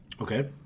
Okay